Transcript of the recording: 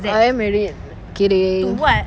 I am married kidding